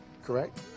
Correct